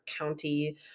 county